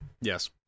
Yes